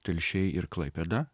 telšiai ir klaipėda